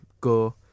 go